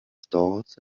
stalls